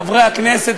חברי הכנסת,